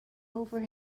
over